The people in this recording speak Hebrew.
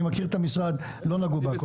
אני מכיר את המשרד ולא נגעו בהכול.